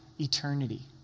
eternity